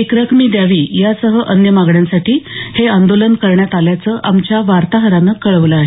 एकरकमई द्यावी यासह अन्य मागण्यांसाठी हे आंदोलन करण्यात आल्याचं आमच्या वार्ताहरानं कळवलं आहे